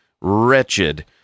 wretched